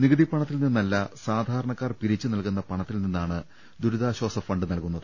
നികുതിപ്പണത്തിൽ നിന്നല്ല സാധാരണക്കാർ പിരിച്ചുനൽകുന്ന പണത്തിൽ നിന്നാണ് ദുരിതാശാസ ഫണ്ട് നൽകുന്നത്